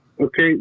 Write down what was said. Okay